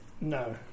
No